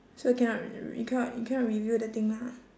so cannot re~ you cannot you cannot reveal the thing lah